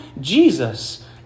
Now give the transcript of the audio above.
Jesus